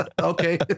Okay